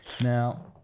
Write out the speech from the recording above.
Now